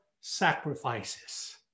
sacrifices